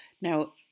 Now